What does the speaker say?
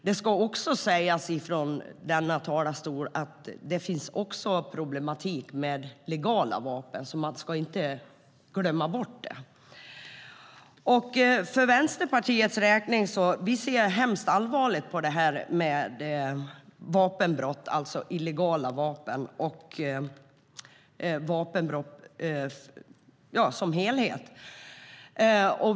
Det ska också sägas från denna talarstol att det även finns en problematik med legala vapen, så det ska man inte glömma bort. I Vänsterpartiet ser vi mycket allvarligt på vapenbrott med illegala vapen och vapenbrott som helhet.